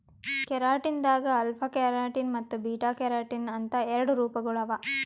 keratin ದಾಗ್ alpha keratin ಮತ್ತ್ beta keratin ಅಂತ್ ಎರಡು ರೂಪಗೊಳ್ ಅವಾ